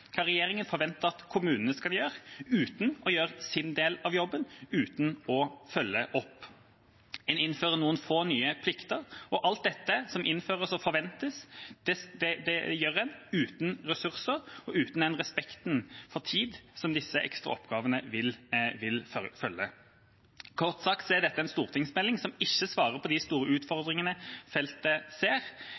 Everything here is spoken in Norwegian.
forventer at kommunene skal gjøre – uten å gjøre sin del av jobben og uten å følge opp. En innfører noen få nye plikter, og alt dette som innføres og forventes, gjør en uten ressurser og uten den respekten for tidsbruk som disse ekstra oppgavene vil ha som følge. Kort sagt er dette en stortingsmelding som ikke svarer på de store utfordringene feltet ser.